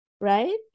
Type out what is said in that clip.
right